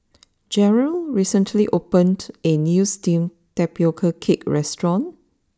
Jarrell recently opened a new Steamed Tapioca Cake restaurant